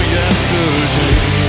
yesterday